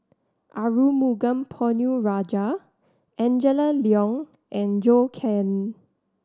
Arumugam Ponnu Rajah Angela Liong and Zhou Can